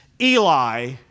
Eli